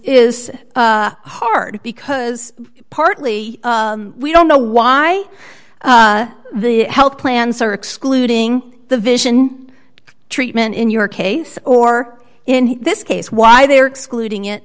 is hard because partly we don't know why the health plans are excluding the vision treatment in your case or in this case why they are excluding it